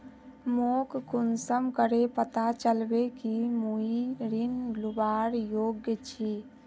मोक कुंसम करे पता चलबे कि मुई ऋण लुबार योग्य छी?